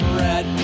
red